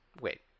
wait